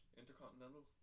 intercontinental